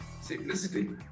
Simplicity